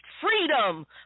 freedom